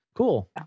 Cool